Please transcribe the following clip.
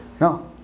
No